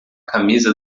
camisa